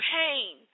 pain